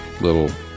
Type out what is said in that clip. little